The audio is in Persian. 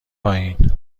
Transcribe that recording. پایین